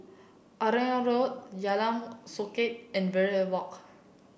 Arumugam Road Jalan Songket and Verde Walk